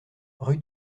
rue